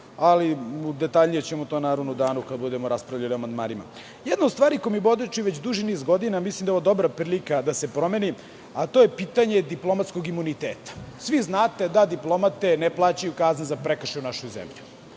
ali o tome ćemo detaljnije u danu kada budemo raspravljali o amandmanima. Jedna od stvari koja mi bode oči već duži niz godina, a mislim da je ovo dobra prilika da se promeni, a to je pitanje diplomatskog imuniteta. Svi znate da diplomate ne plaćaju kazne za prekršaje u našoj zemlji.